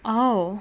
oh